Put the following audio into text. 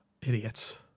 Idiots